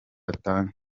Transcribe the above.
atanga